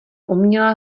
uměla